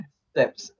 steps